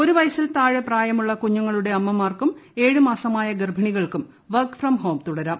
ഒരു വയസ്സിൽ താഴെ പ്രായമുള്ള കുഞ്ഞുങ്ങളുടെ അമ്മമാർക്കും ഏഴു മാസമായ ഗർഭിണികൾക്കും വർക്ക് ഫ്രം ഹോം തുടരാം